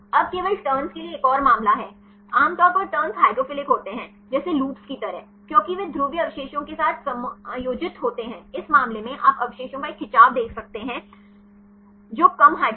अब केवल टर्न्स के लिए एक और मामला है आम तौर पर टर्न्स हाइड्रोफिलिक होते हैं जैसे लूप्स की तरह क्योंकि वे ध्रुवीय अवशेषों के साथ समायोजित होते हैं इस मामले में आप अवशेषों का एक खिंचाव देख सकते हैं जो कम हाइड्रोफोबिक हैं